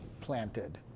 planted